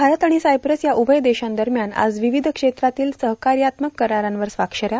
भारत आणि सायप्रस या उभय देशांदरम्यान आज विविध क्षेत्रातील सहकार्यात्मक करारांवर स्वाक्षर्या